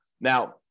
Now